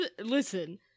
listen